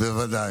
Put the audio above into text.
בוודאי.